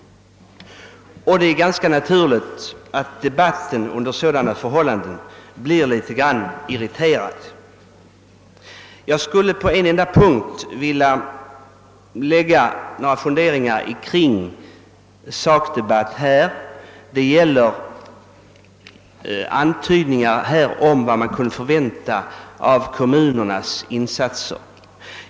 Det är ganska naturligt att debatten under sådana förhållanden blir litet irriterad. Jag skulle på en enda punkt vilja anföra några funderingar med anledning av sakdebatten. Det gäller antydningarna om vilka insatser som kan förväntas av kommunerna.